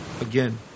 again